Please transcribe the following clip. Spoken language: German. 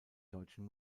deutschen